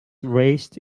raised